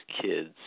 kids